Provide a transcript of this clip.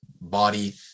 body